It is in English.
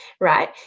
right